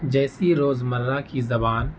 جیسی روز مرہ کی زبان